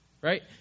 right